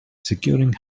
securing